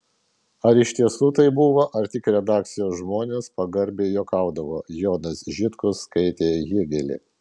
ar iš tiesų taip buvo ar tik redakcijos žmonės pagarbiai juokaudavo jonas žitkus skaitė hėgelį